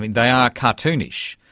they are cartoonish,